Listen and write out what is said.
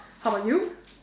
how about you